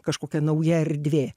kažkokia nauja erdvė